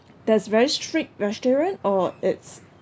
that's very strict vegetarian or it's